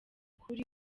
ukuri